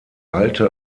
alte